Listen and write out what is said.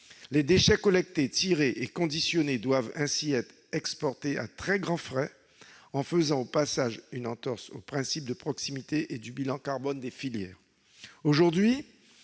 les déchets collectés, triés et conditionnés, doivent être exportés à très grands frais, en faisant, au passage, une entorse au principe de proximité et en alourdissant le bilan carbone des filières. Aujourd'hui,